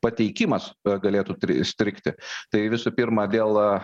pateikimas galėtų strigti tai visų pirma dėl